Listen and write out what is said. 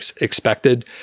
expected